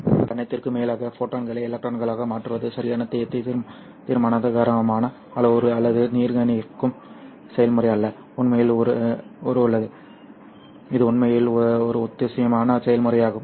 இவை அனைத்திற்கும் மேலாக ஃபோட்டான்களை எலக்ட்ரான்களாக மாற்றுவது சரியான தீர்மானகரமான அளவுரு அல்லது நிர்ணயிக்கும் செயல்முறை அல்ல உண்மையில் ஒரு உள்ளது இது உண்மையில் ஒரு ஒத்திசைவான செயல்முறையாகும்